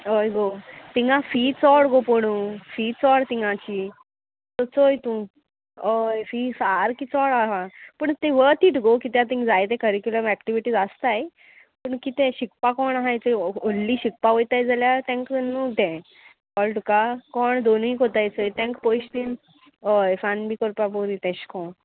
होय गो तिंगा फी चोड गो पोणू फी चोड तिंगाची चोय तूं हय फी सारकी चोड आहा पूण ती वत इट गो कित्या थिंगां जाय तें करिकुलम एक्टिविटीज आसताय पूण कितें शिकपाक कोण आहाय व्हडली शिकपा वयताय जाल्यार तांकं तें कळ्ळें तुका कोण दोनूय कोत्ताय चलय तांकां पयशे हय फान बी करपा पोव तेश कोण